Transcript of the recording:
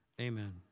Amen